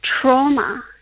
trauma